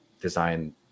design